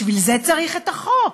בשביל זה צריך את החוק.